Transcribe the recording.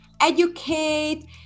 educate